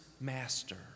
master